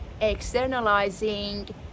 externalizing